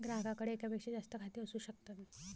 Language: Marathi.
ग्राहकाकडे एकापेक्षा जास्त खाती असू शकतात